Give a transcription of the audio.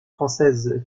française